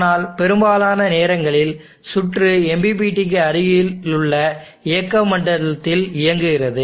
ஆனால் பெரும்பாலான நேரங்களில் சுற்று MPPT க்கு அருகிலுள்ள இயக்க மண்டலத்தில் இயங்குகிறது